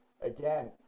Again